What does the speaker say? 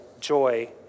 joy